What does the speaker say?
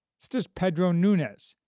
such as pedro nunes,